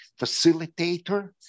facilitator